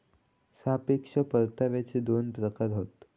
सापेक्ष परताव्याचे दोन प्रकार हत